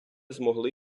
змогли